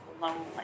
lonely